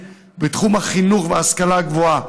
בתחום החינוך וההשכלה הגבוהה,